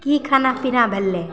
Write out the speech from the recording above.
कि खाना पिना भेलै